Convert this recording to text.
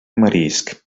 marisc